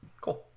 Cool